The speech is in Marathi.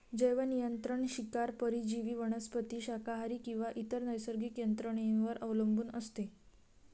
जैवनियंत्रण शिकार परजीवी वनस्पती शाकाहारी किंवा इतर नैसर्गिक यंत्रणेवर अवलंबून असते